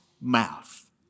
mouth